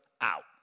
out